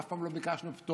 אף פעם לא ביקשנו פטור.